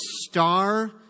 star